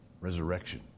resurrection